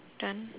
done